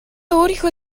өөрийнхөө